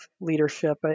leadership